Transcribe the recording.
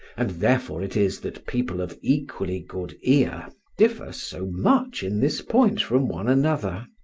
and therefore it is that people of equally good ear differ so much in this point from one another.